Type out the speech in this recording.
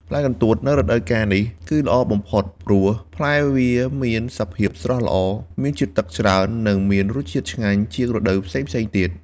ផ្លែកន្ទួតនៅរដូវកាលនេះ គឺល្អបំផុត ព្រោះផ្លែវាមានសភាពស្រស់ល្អ មានជាតិទឹកច្រើន និងមានរសជាតិឆ្ងាញ់ជាងរដូវផ្សេងៗទៀត។